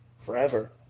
forever